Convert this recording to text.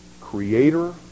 Creator